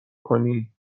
کنی